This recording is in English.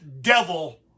devil